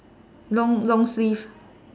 long long sleeve